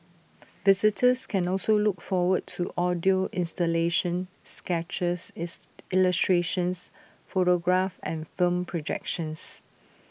visitors can also look forward to audio installations sketches is illustrations photographs and film projections